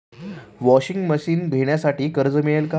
Washing machine घेण्यासाठी कर्ज मिळेल का?